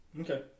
Okay